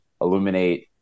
illuminate